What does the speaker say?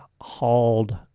hauled